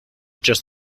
just